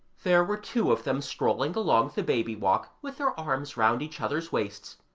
there were two of them strolling along the baby walk, with their arms round each other's waists,